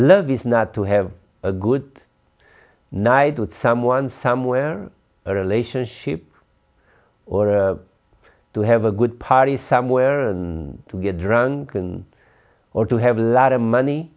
love is not to have a good night with someone somewhere or relationship or to have a good party somewhere and to get drunken or to have a lot of money